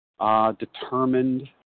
determined